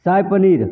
शाही paneer